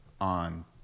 on